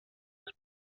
sus